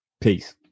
Peace